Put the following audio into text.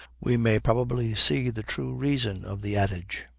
we may probably see the true reason of the adage,